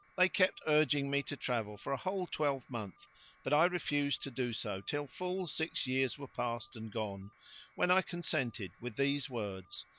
they kept urging me to travel for a whole twelvemonth, but i refused to do so till full six years were past and gone when i consented with these words,